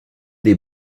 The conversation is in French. des